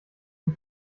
dem